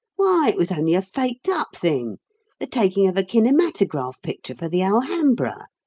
why, it was only a faked-up thing the taking of a kinematograph picture for the alhambra.